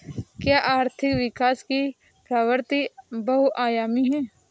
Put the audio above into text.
क्या आर्थिक विकास की प्रवृति बहुआयामी है?